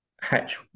hatch